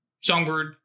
Songbird